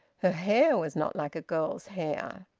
her hair was not like a girl's hair.